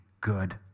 good